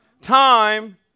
Time